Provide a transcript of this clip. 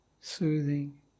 soothing